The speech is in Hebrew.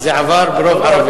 זה עבר ברוב ערבי.